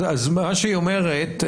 מה שהיא אומרת,